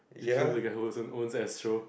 you jio the guy who was on own astro